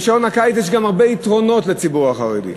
לשעון הקיץ יש גם הרבה יתרונות לציבור החרדי.